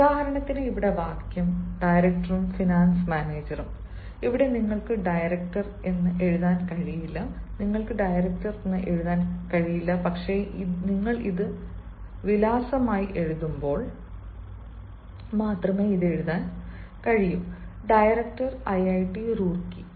ഉദാഹരണത്തിന് ഇവിടെ വാക്യം ഡയറക്ടറും ഫിനാൻസ് മാനേജരും ഇവിടെ നിങ്ങൾക്ക് ഡയറക്ടർ എഴുതാൻ കഴിയില്ല നിങ്ങൾക്ക് ഡയറക്ടർ എഴുതാൻ കഴിയില്ല പക്ഷേ നിങ്ങൾ ഇത് വിലാസമായി എഴുതുമ്പോൾ മാത്രമേ ഇത് എഴുതാൻ കഴിയൂ ഡയറക്ടർ ഐഐടി റൂർക്കി